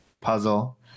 puzzle